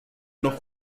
noch